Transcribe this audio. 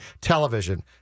television